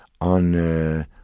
on